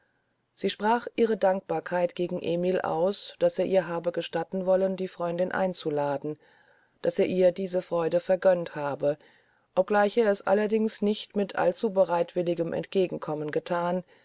sie sprach ihre dankbarkeit gegen emil aus daß er ihr habe gestatten wollen die freundin einzuladen daß er ihr diese freude vergönnt habe obgleich er es allerdings nicht mit allzubereitwilligem entgegenkommen gethan